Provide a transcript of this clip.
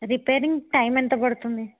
repairing time ఎంత పడుతుంది